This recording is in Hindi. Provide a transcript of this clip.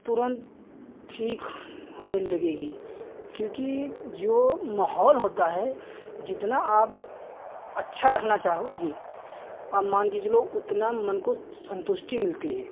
तुरन्त ठीक होने लगेगी क्योंकि जो माहौल होता है जितना आप अच्छा रखना चाहोगे अब मानकर चलो उतनी मन को सन्तुष्टि मिलती है